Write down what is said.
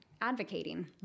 advocating